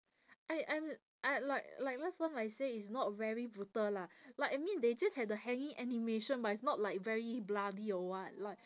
I I'm I like like last time I say it's not very brutal lah like I mean they just have the hanging animation but it's not like very bloody or [what] like